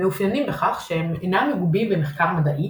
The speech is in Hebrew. מאופיינים בכך שהם אינם מגובים במחקר מדעי,